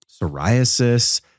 psoriasis